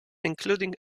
including